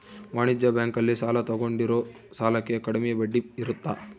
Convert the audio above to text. ವಾಣಿಜ್ಯ ಬ್ಯಾಂಕ್ ಅಲ್ಲಿ ಸಾಲ ತಗೊಂಡಿರೋ ಸಾಲಕ್ಕೆ ಕಡಮೆ ಬಡ್ಡಿ ಇರುತ್ತ